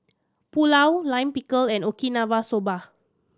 Pulao Lime Pickle and Okinawa Soba